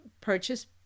purchase